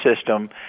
system